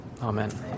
Amen